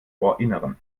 ohrinneren